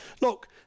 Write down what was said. Look